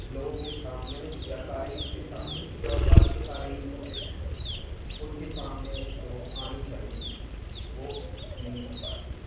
لوگوں کے سامنے یا قارئین کے سامنے جو اخبار کے قارئین ہوتے ہیں ان کے سامنے جو آنی چاہیے تھی وہ نہیں آ پاتی ہے